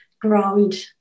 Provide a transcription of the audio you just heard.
ground